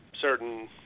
certain